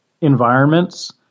environments